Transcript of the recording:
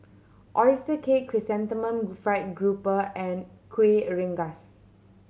oyster cake Chrysanthemum Fried Grouper and Kueh Rengas